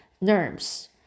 nerves